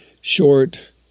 Short